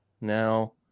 Now